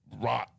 rot